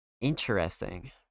Interesting